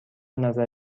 نظر